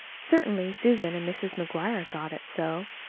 certainly susan and mrs. mcguire thought it so.